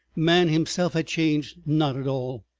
man himself had changed not at all.